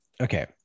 okay